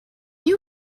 you